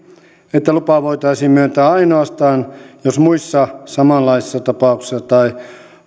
että lupa voitaisiin myöntää ainoastaan jos muissa samanlaisissa tapauksissa tai